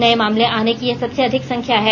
नये मामले आने की यह सबसे अधिक संख्या है